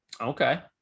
Okay